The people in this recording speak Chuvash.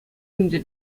ӗнтӗ